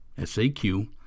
SAQ